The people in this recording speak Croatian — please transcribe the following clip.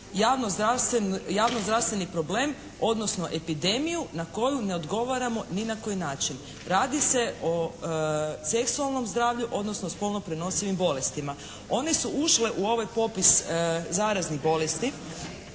javno zdravstveni problem odnosno epidemiju na koju ne odgovaramo ni na koji način. Radi se o seksualnom zdravlju odnosno spolno prenosivim bolestima. One su ušle u ovaj popis zaraznih bolesti.